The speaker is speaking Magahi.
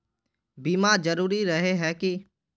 बीमा जरूरी रहे है की?